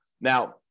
Now